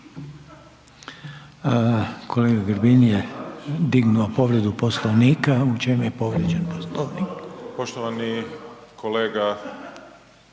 Kolega Grbin je dignuo povredu Poslovanika, u čem je povrijeđen Poslovnik? **Grbin, Peđa